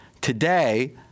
Today